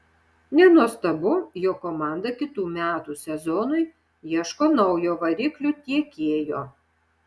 nenuostabu jog komanda kitų metų sezonui ieško naujo variklių tiekėjo